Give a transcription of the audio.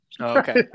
okay